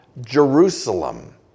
Jerusalem